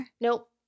Nope